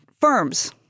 firms